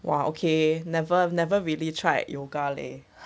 !wah! okay never never really tried yoga leh